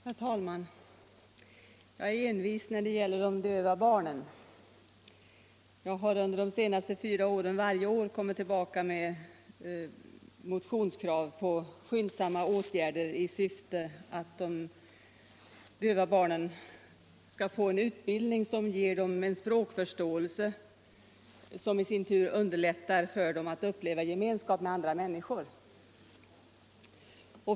Herr talman! Jag är envis när det gäller de döva barnen. Jag har under de senaste åren varje riksdag kommit tillbaka med krav på skyndsamma åtgärder i syfte att de döva barnen skall få en utbildning som ger dem en språkförståelse vilken i sin tur underlättar för dem att uppleva gemenskap med andra människor.